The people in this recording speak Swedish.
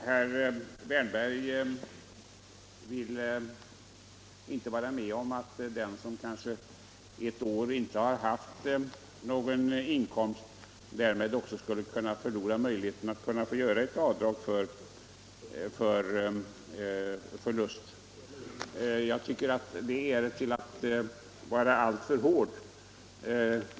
Herr talman! Herr Wärnberg vill inte vara med om att den som ett år inte haft någon inkomst skulle kunna förlora möjligheten att göra avdrag för förlust. Jag tycker att det är att vara alltför hård.